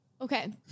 Okay